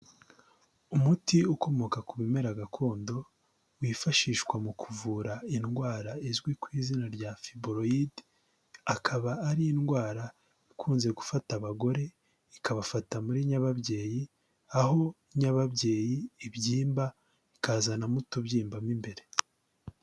Umuti ukomoka ku bimera gakondo wifashishwa mu kuvura indwara izwi ku izina rya fiboroyide, akaba ari indwara ikunze gufata abagore ikabafata muri nyababyeyi, aho nyababyeyi ibyimba ikazanamo utubyimba mo imbere.